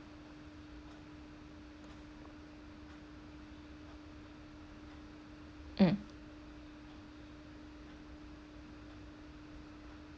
um